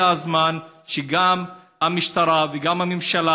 ואני חושב שהגיע הזמן שגם המשטרה וגם הממשלה